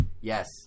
Yes